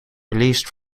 released